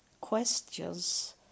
questions